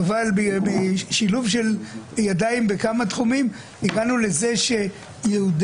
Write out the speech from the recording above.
אבל בשילוב של ידיים בכמה תחומים הגענו לזה שעולי